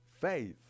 faith